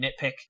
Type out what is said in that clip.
nitpick